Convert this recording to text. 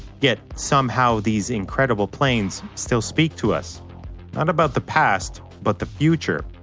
yet somehow these incredible planes still speak to us. not about the past, but the future.